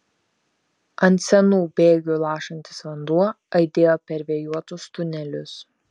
ant senų bėgių lašantis vanduo aidėjo per vėjuotus tunelius